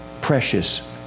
precious